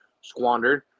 squandered